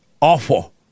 awful